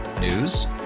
News